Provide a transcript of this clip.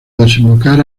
desembocar